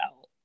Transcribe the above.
out